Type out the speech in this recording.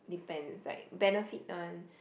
depends right benefit one